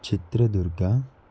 Chitradurga